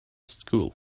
school